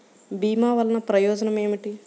భీమ వల్లన ప్రయోజనం ఏమిటి?